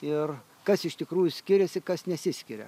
ir kas iš tikrųjų skiriasi kas nesiskiria